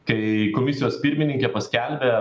kai komisijos pirmininkė paskelbė